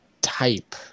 type